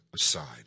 aside